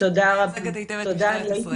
מייצגת היטב את משטרת ישראל.